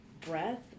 breath